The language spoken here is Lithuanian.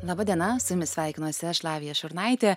laba diena su jumis sveikinuosi lavija šurnaitė